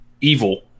evil